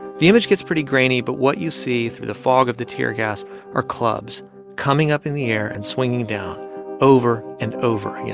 the image gets pretty grainy, but what you see through the fog of the tear gas are clubs coming up in the air and swinging down over and over and yeah